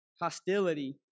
hostility